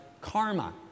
karma